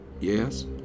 yes